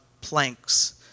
planks